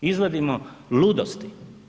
Izvodimo ludosti.